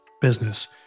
business